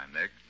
Nick